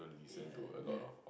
ya that